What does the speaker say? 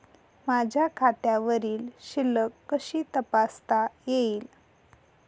माझ्या खात्यावरील शिल्लक कशी तपासता येईल?